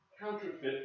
Counterfeit